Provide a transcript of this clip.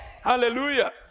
Hallelujah